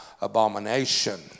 abomination